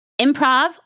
Improv